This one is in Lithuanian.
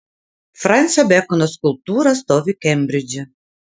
fransio bekono skulptūra stovi kembridže